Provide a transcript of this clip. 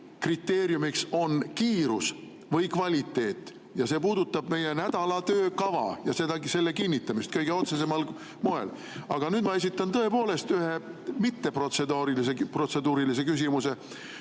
kriteeriumiks on kiirus või kvaliteet. See puudutab meie nädala töökava ja selle kinnitamist kõige otsesemal moel. Aga nüüd ma esitan tõepoolest ühe mitteprotseduurilise